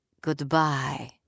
Goodbye